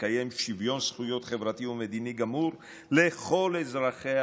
תקיים שוויון זכויות חברתי ומדיני גמור לכל אזרחיה,